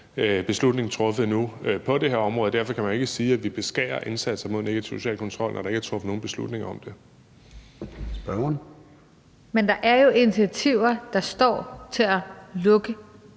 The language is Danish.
beslutning på det her område. Og man kan ikke sige, at vi beskærer indsatser mod negativ social kontrol, når der ikke er truffet nogen beslutning om det. Kl. 13:43 Formanden (Søren Gade):